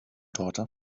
torte